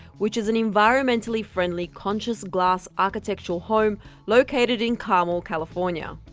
which is an environmentally friendly conscious glass architectural home located in carmel, california.